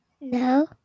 No